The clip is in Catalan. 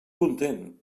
content